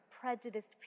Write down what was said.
prejudiced